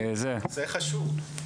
נושא חשוב.